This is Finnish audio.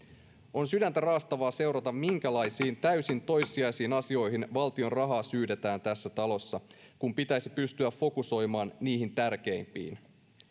on sydäntä raastavaa seurata minkälaisiin täysin toissijaisiin asioihin valtion rahaa syydetään tässä talossa kun pitäisi pystyä fokusoimaan niihin tärkeimpiin